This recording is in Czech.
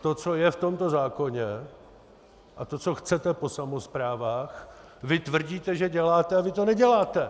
To, co je v tomto zákoně a co chcete po samosprávách, vy tvrdíte, že děláte, ale vy to neděláte.